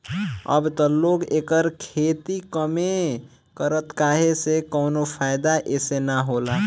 अब त लोग एकर खेती कमे करता काहे से कवनो फ़ायदा एसे न होला